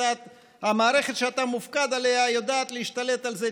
המערכת שאתה מופקד עליה יודעת להשתלט על זה.